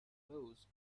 bose